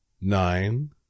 nine